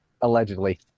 Allegedly